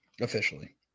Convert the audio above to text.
officially